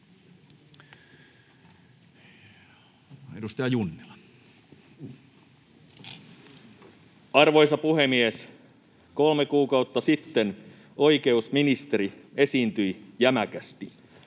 Arvoisa puhemies! Kolme kuukautta sitten oikeusministeri esiintyi jämäkästi: